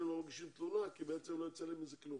לא מגישים תלונה היא כי לא יצא להם כלום.